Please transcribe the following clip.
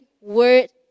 word